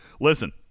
Listen